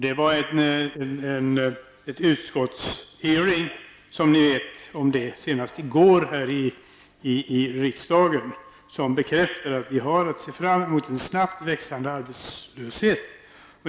Det var en utskottshearing om detta här i riksdagen senast i går, och då bekräftades att vi har att se fram mot en snabbt växande arbetslöshet.